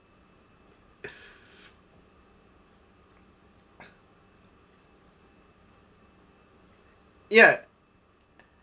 ya